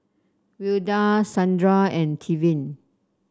Wilda Sandra and Tevin